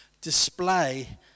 display